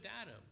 Adam